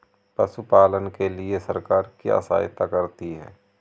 पशु पालन के लिए सरकार क्या सहायता करती है?